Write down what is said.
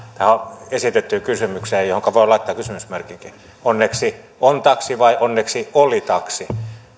tähän esitettyyn kysymykseen johonka voi laittaa kysymysmerkinkin onneksi on taksi vai onneksi oli taksi